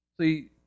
See